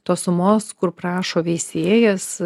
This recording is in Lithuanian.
tos sumos kur prašo veisėjas